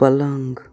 पलङ्ग